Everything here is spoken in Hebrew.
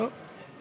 טוב.